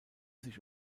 sich